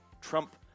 Trump